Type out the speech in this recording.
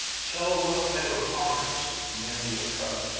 tell what type of honors men will covet,